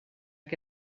que